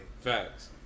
Facts